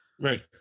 right